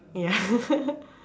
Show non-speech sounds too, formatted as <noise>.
ya <laughs>